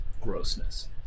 grossness